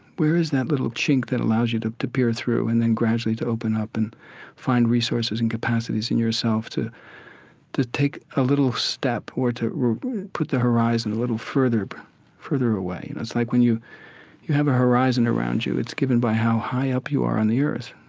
where is that little chink that allows you to to peer through and then gradually to open up and find resources and capacities in yourself to to take a little step or to put the horizon a little further but further away? you know, it's like when you you have a horizon around you it's given by how high up you are on the earth.